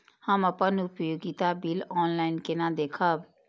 हम अपन उपयोगिता बिल ऑनलाइन केना देखब?